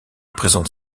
présente